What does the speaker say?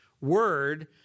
word